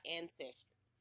ancestry